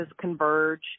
converge